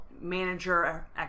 manager